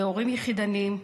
להורים יחידניים,